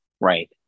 right